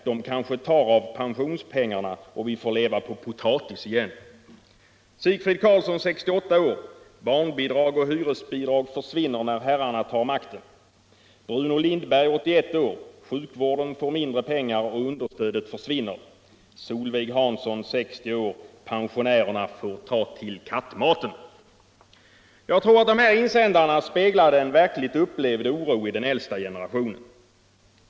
De kanske tar av pensionspengarna och vi får leva på potatis igen.” Jag tror att de här svaren speglade en verkligt upplevd oro hos den äldsta generationen.